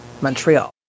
Montreal